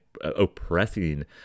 oppressing